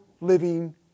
living